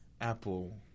Apple